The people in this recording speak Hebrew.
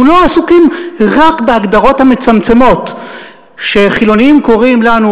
אנחנו לא עסוקים רק בהגדרות המצמצמות שחילונים קוראים לנו